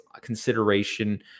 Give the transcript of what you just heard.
consideration